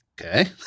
Okay